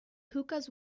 hookahs